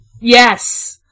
Yes